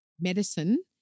medicine